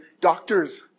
doctors